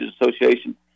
Association